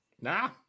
Nah